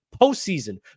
postseason